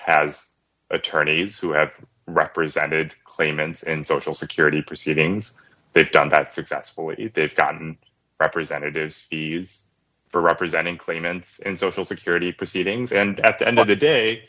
has attorneys who have represented claimants and social security proceedings they've done that successfully they've gotten representatives for representing claimants and social security proceedings and at the end of the day